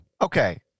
Okay